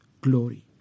glory